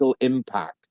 impact